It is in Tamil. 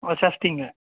ஓ சஷ்டிங்க